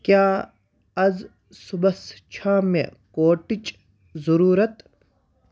کیٛاہ آز صُبحَس چھا مےٚ کوٹٕچ ضٔروٗرت